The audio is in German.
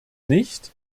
nicht